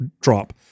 drop